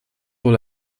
wohl